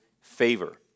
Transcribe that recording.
favor